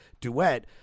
duet